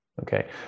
okay